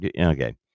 okay